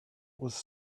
was